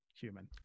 human